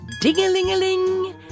Ding-a-ling-a-ling